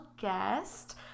guest